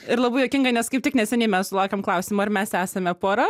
ir labai juokinga nes kaip tik neseniai mes sulaukėm klausimo ar mes esame pora